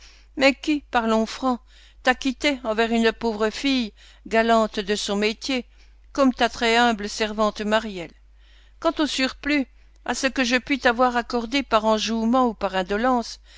mais qui parlons franc t'acquittait envers une pauvre fille galante de son métier comme ta très humble servante maryelle quant au surplus à ce que je puis t'avoir accordé par enjouement ou par